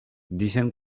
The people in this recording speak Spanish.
dicen